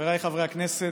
חבריי חברי הכנסת,